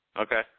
Okay